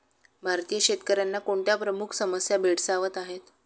भारतीय शेतकऱ्यांना कोणत्या प्रमुख समस्या भेडसावत आहेत?